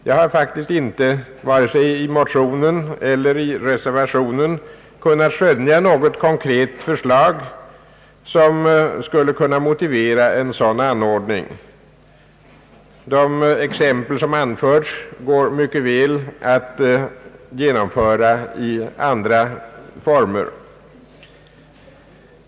Jag har faktiskt inte vare sig i motionen eller i reservationen kunnat skönja något konkret förslag som kunde motivera en sådan anordning; de anförda exemplen kan mycket väl klaras av i andra former.